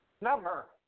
Number